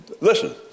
Listen